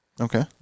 Okay